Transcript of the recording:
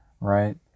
right